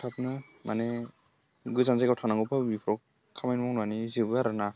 थाबनो माने गोजान जायगायाव थांनांगौ पाब्लिगाव खामानि मावनानै जोबो आरोना